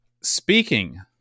Speaking